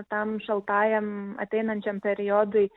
tam šaltajam ateinančiam periodui